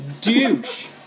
douche